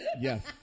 Yes